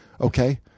Okay